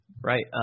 Right